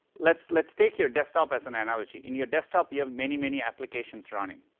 let's let's take your desktop as an analogy. in your desktop you have many, many applications running.